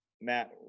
matt